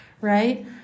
Right